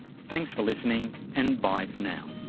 thanks for listening and bye for now